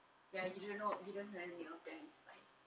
ya you don't know don't have any of them is fine